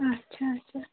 اچھا اچھا